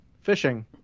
fishing